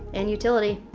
and utility.